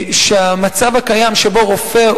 שהמצב הקיים שבו רופא,